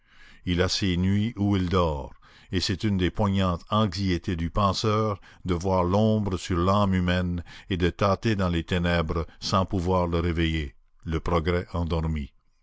il a ses nuits où il dort et c'est une des poignantes anxiétés du penseur de voir l'ombre sur l'âme humaine et de tâter dans les ténèbres sans pouvoir le réveiller le progrès endormi